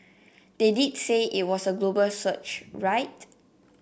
they did say it was a global search right